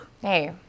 Hey